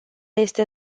este